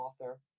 author